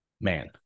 man